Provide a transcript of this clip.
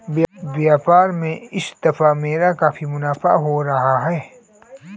व्यापार में इस दफा मेरा काफी मुनाफा हो रहा है